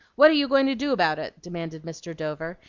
what are you going to do about it? demanded mr. dover,